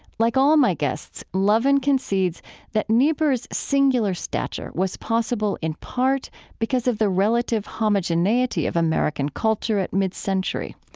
like all my guests, lovin concedes that niebuhr's singular stature was possible in part because of the relative homogeneity of american culture at mid-century.